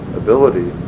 ability